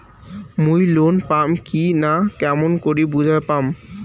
মুই লোন পাম কি না কেমন করি বুঝা পাম?